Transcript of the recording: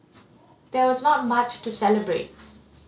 there was not much to celebrate